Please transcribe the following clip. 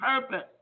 purpose